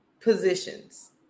positions